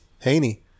Haney